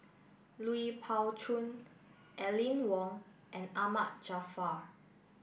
Lui Pao Chuen Aline Wong and Ahmad Jaafar